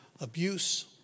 abuse